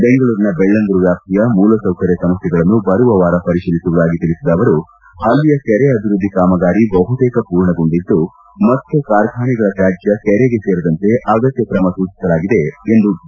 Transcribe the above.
ಬೆಂಗಳೂರಿನ ಬೆಳ್ಳಂದೂರು ವ್ಯಾಪ್ತಿಯ ಮೂಲಸೌಕರ್ಯ ಸಮಸ್ಥೆಗಳನ್ನು ಬರುವ ವಾರ ಪರಿಶೀಲಿಸುವುದಾಗಿ ತಿಳಿಸಿದ ಅವರು ಅಲ್ಲಿಯ ಕೆರೆ ಅಭಿವೃದ್ಧಿ ಕಾಮಗಾರಿ ಬಹುತೇಕ ಪೂರ್ಣಗೊಂಡಿದ್ದು ಮತ್ತೆ ಕಾರ್ಖಾನೆಗಳ ತ್ಯಾಜ್ಯ ಕೆರೆಗೆ ಸೇರದಂತೆ ಅಗತ್ಯ ಕ್ರಮಕ್ಕೆ ಸೂಚಿಸಲಾಗಿದೆ ಎಂದು ಡಾ